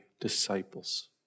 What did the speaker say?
disciples